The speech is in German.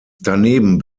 daneben